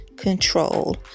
Control